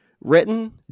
Written